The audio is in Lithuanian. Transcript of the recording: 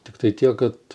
tiktai tiek kad